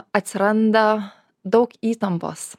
atsiranda daug įtampos